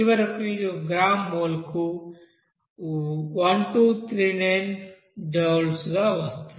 చివరకు ఇది ఒక గ్రామ్ మోల్కు 1239 జూల్ గా వస్తోంది